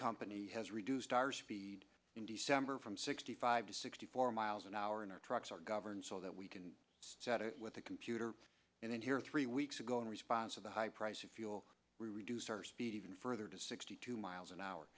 company has reduced our speed in december from sixty five to sixty four miles an hour in our trucks are governed so that we can with the computer and then here three weeks ago in response of the high price of fuel we reduced our speed even further to sixty two miles an hour